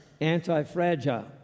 anti-fragile